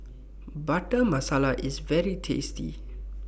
Butter Masala IS very tasty